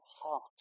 heart